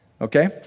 okay